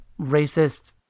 racist